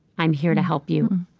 i'm here to help you.